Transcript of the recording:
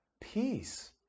peace